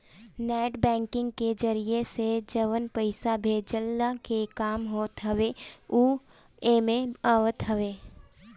net banking के जरिया से जवन पईसा भेजला के काम होत हवे उ एमे आवत हवे